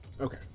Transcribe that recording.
Okay